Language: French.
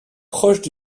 proches